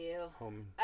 home